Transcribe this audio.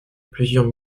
plusieurs